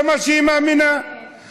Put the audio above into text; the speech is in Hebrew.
זה מה שהיא מאמינה בו,